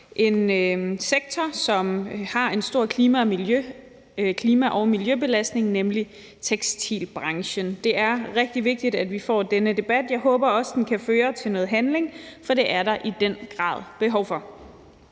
en sektor, som har en stor klima- og miljøbelastning, nemlig tekstilbranchen. Det er rigtig vigtigt, at vi får denne debat, og jeg håber også, at den kan føre til noget handling. For det er der i den grad behov for.